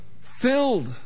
Filled